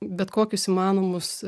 bet kokius įmanomus